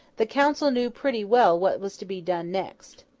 the council knew pretty well what was to be done next.